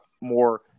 more